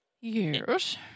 Yes